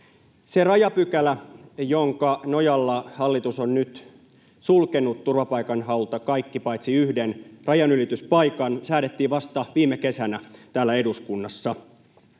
Se rajapykälä, jonka nojalla hallitus on nyt sulkenut turvapaikanhaulta kaikki paitsi yhden rajanylityspaikan, säädettiin vasta viime kesänä täällä eduskunnassa.